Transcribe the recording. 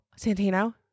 Santino